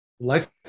life